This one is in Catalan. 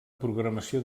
programació